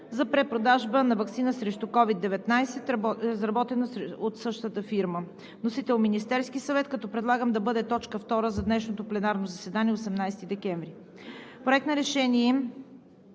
за препродажба на ваксина срещу COVID-19, изработена от същата фирма. Вносител е Министерският съвет. Предлагам да бъде точка втора за днешното пленарно заседание – 18 декември. Проект на Решение